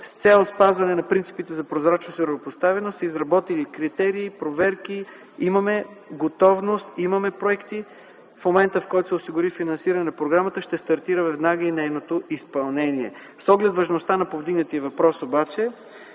С цел спазване на принципите за прозрачност и равнопоставеност са изработени критерии. Имаме готовност, имаме проекти. В момента, в който се осигури финансиране на програмата, ще стартира веднага и нейното изпълнение. С оглед важността на повдигнатия въпрос обаче